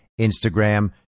Instagram